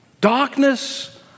Darkness